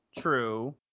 true